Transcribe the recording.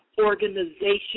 organization